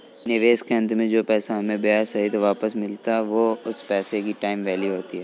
निवेश के अंत में जो पैसा हमें ब्याह सहित वापस मिलता है वो उस पैसे की टाइम वैल्यू होती है